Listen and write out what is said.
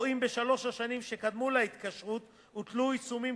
או אם בשלוש השנים שקדמו להתקשרות הוטלו עיצומים